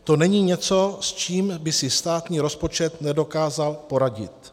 To není něco, s čím by si státní rozpočet nedokázal poradit.